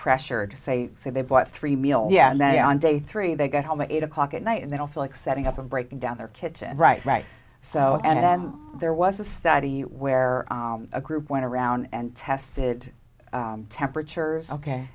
pressured to say say they bought three meals yeah and they on day three they get home at eight o'clock at night and they don't feel like setting up and breaking down their kitchen right right so and then there was a study where a group went around and tested temperatures ok